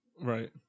Right